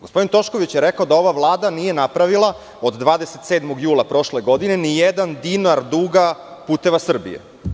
Gospodin Tošković je rekao da ova Vlada nije napravila od 27. jula prošle godine nijedan dinar duga "Puteva Srbije"